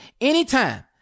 anytime